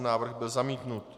Návrh byl zamítnut.